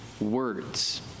words